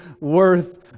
worth